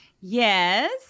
Yes